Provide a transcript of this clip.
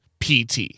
PT